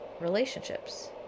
relationships